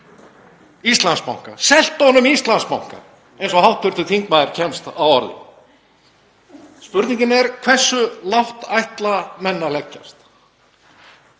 Íslandsbanka, selt honum Íslandsbanka, eins og hv. þingmaður kemst að orði. Spurningin er: Hversu lágt ætla menn að leggjast?